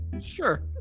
sure